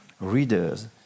readers